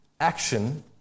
action